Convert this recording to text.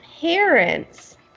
parents